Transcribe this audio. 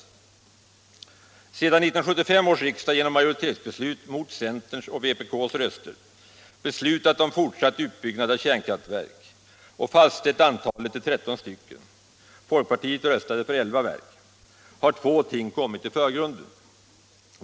Sedan 1975 års riksdag genom majoritetsbeslut mot centerns och vpk:s röster beslutat om fortsatt utbyggnad av kärnkraftverk och fastställt antalet till 13 stycken — och folkpartiet röstade för 11 verk — har två ting kommit i förgrunden.